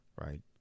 Right